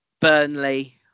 Burnley